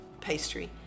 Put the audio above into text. pastry